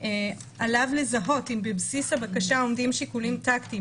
עליו לזהות אם בבסיס הבקשה עומדים שיקולים טקטיים